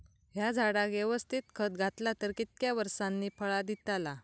हया झाडाक यवस्तित खत घातला तर कितक्या वरसांनी फळा दीताला?